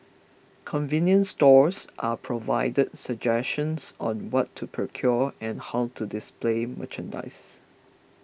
convenience stores are provided suggestions on what to procure and how to display merchandise